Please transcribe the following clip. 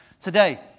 today